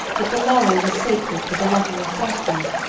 that the laurel was sacred to the lover of daphne,